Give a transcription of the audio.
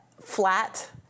flat